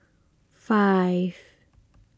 five